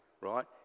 right